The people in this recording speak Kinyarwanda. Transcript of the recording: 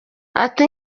ati